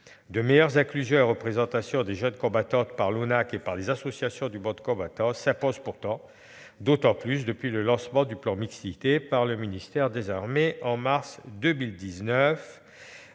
une meilleure représentation des jeunes combattantes par l'ONACVG et par les associations du monde combattant s'imposent pourtant, particulièrement depuis le lancement du plan Mixité par le ministère des armées en mars 2019.